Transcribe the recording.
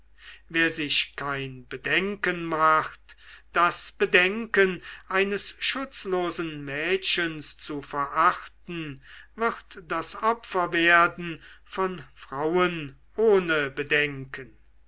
wer sich kein bedenken macht das bedenken eines schutzlosen mädchens zu verachten wird das opfer werden von frauen ohne bedenken